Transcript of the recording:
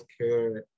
healthcare